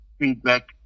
feedback